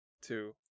two